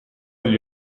gli